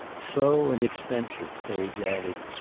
slow and expensive, page added.